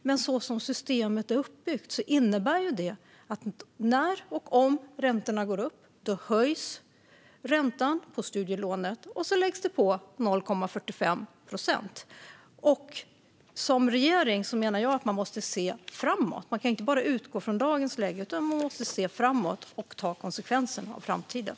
Men så som systemet är uppbyggt innebär det ju att om och när räntorna går upp höjs räntan på studielånet, och då läggs det på 0,45 procent. Jag menar att man som regering måste se framåt. Man kan inte bara utgå från dagens läge, utan man måste se framåt och se konsekvenserna.